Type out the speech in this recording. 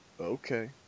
Okay